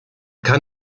kann